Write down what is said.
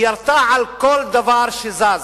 וירתה על כל דבר שזז.